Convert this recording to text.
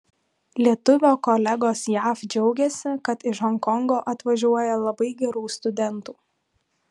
lietuvio kolegos jav džiaugiasi kad iš honkongo atvažiuoja labai gerų studentų